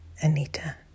Anita